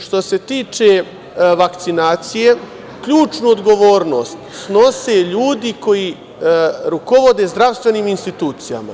Što se tiče vakcinacije, ključnu odgovornost snose ljudi koji rukovode zdravstvenim institucijama.